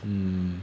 mm